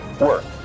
work